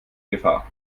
gefahr